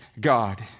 God